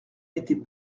n’était